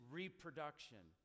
reproduction